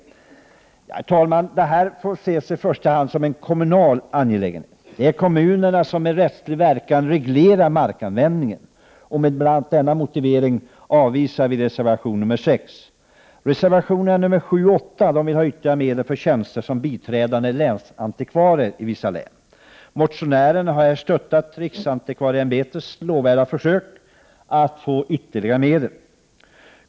Detta får, herr talman, i första hand ses som en kommunal angelägenhet. Det är kommunerna som med rättslig verkan reglerar markanvändningen. Med bl.a. denna motivering avvisar vi reservation nr 6. I reservationerna nr 7 och 8 krävs ytterligare medel för tjänster för biträdande länsantikvarier i vissa län. Motionärerna har stöttat riksantikvarieämbetets lovvärda försök att få ytterligare medel.